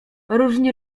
różni